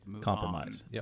compromise